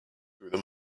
through